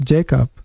Jacob